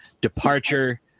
Departure